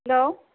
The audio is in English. hello